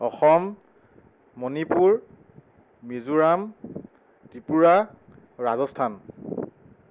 Assam Manipur Mizoram Tripura Rajasthan